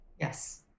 Yes